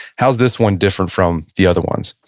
how's this one different from the other ones?